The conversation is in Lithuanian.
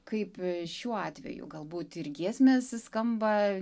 kaip šiuo atveju galbūt ir giesmės skamba